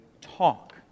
talk